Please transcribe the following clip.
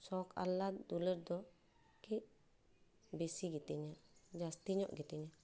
ᱥᱚᱠᱷ ᱟᱞᱞᱟᱫ ᱫᱩᱞᱟᱹᱲ ᱫᱚ ᱠᱤ ᱵᱤᱥᱤ ᱜᱮᱛᱤᱧᱟ ᱡᱟᱹᱥᱴᱤ ᱧᱚᱜ ᱜᱮᱛᱤᱧᱟ